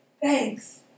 Thanks